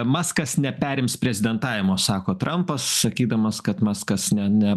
maskas neperims prezidentavimo sako trampas sakydamas kad maskas ne ne